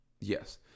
Yes